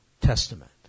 Testament